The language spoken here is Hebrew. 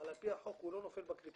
אבל על פי החוק הוא לא נופל בקריטריונים.